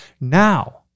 Now